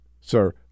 Sir